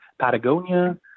Patagonia